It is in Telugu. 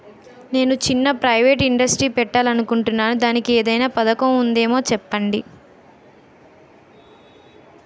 నేను చిన్న ప్రైవేట్ ఇండస్ట్రీ పెట్టాలి అనుకుంటున్నా దానికి ఏదైనా పథకం ఉందేమో చెప్పండి?